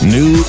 New